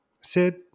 Sid